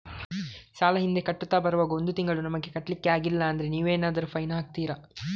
ಸಾಲ ಹಿಂದೆ ಕಟ್ಟುತ್ತಾ ಬರುವಾಗ ಒಂದು ತಿಂಗಳು ನಮಗೆ ಕಟ್ಲಿಕ್ಕೆ ಅಗ್ಲಿಲ್ಲಾದ್ರೆ ನೀವೇನಾದರೂ ಫೈನ್ ಹಾಕ್ತೀರಾ?